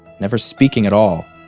never speaking at all.